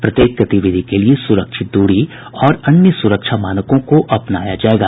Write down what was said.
प्रत्येक गतिविधि के लिए सुरक्षित दूरी और अन्य सुरक्षा मानकों को अपनाया जाएगा